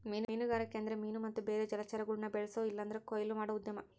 ಮೀನುಗಾರಿಕೆ ಅಂದ್ರ ಮೀನು ಮತ್ತೆ ಬೇರೆ ಜಲಚರಗುಳ್ನ ಬೆಳ್ಸೋ ಇಲ್ಲಂದ್ರ ಕೊಯ್ಲು ಮಾಡೋ ಉದ್ಯಮ